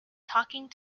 talking